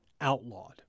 Outlawed